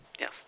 Yes